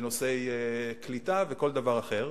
בנושאי קליטה וכל דבר אחר,